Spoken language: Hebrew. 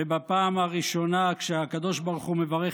ובפעם הראשונה שהקדוש ברוך הוא מברך